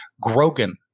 Grogan